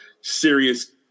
serious